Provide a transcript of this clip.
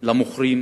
על המוכרים